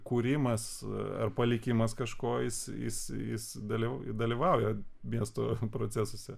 kūrimas ar palikimas kažko jis jis jis daly dalyvauja miesto procesuose